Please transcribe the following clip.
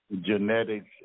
genetics